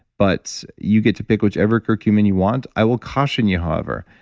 but you get to pick whichever curcumin you want i will caution you, however,